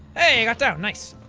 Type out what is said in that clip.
hey i got down! nice.